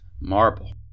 marble